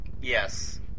Yes